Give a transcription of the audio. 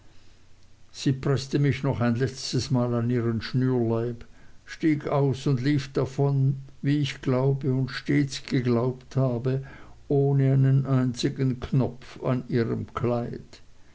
sie preßte mich noch ein letztesmal an ihren schnürleib stieg aus und lief davon wie ich glaube und stets geglaubt habe ohne einen einzigen knopf an ihrem kleid